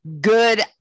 good